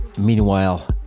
Meanwhile